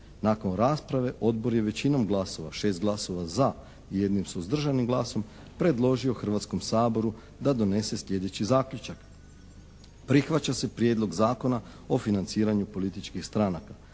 Nakon rasprave Odbor je većinom glasova, 6 glasova za i jednim suzdržanim glasom predložio Hrvatskom saboru da donese sljedeći zaključak. Prihvaća se Prijedlog Zakona o financiranju političkih stranaka.